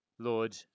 Lord